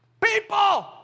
people